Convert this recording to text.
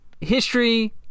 history